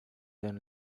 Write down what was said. then